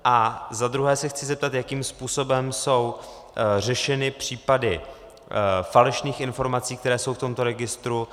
A zadruhé se chci zeptat, jakým způsobem jsou řešeny případy falešných informací, které jsou v tomto registru.